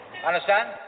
Understand